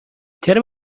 ترم